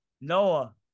Noah